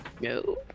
no